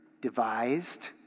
devised